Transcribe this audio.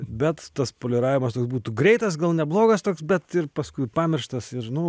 bet tas poliravimas toks būtų greitas gal neblogas toks bet ir paskui pamirštas ir nu